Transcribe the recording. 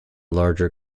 larger